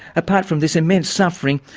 apart from this immense suffering,